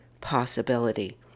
possibility